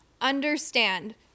understand